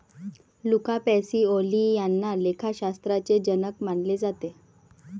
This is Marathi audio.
लुका पॅसिओली यांना लेखाशास्त्राचे जनक मानले जाते